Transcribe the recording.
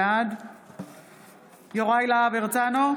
בעד יוראי להב הרצנו,